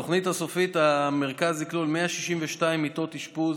בתוכנית הסופית, המרכז יכלול 162 מיטות אשפוז